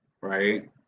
right